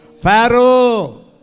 Pharaoh